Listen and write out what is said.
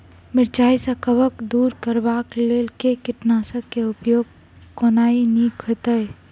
मिरचाई सँ कवक दूर करबाक लेल केँ कीटनासक केँ उपयोग केनाइ नीक होइत?